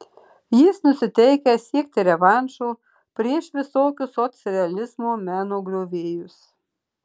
jis nusiteikęs siekti revanšo prieš visokius socrealizmo meno griovėjus